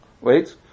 wait